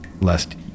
Lest